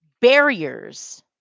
barriers